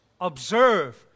observe